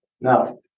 Now